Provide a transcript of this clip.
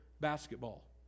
basketball